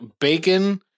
bacon